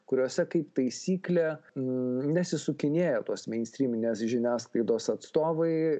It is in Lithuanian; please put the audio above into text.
kuriose kaip taisyklė nesisukinėja tos meinstryminės žiniasklaidos atstovai